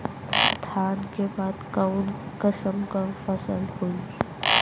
धान के बाद कऊन कसमक फसल होई?